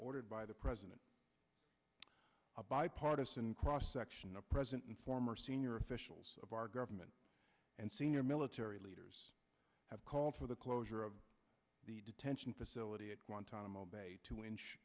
ordered by the president a bipartisan cross section of present and former senior officials of our government and senior military leaders have called for the closure of the detention facility at